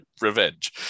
revenge